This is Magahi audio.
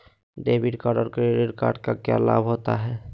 डेबिट कार्ड और क्रेडिट कार्ड क्या लाभ होता है?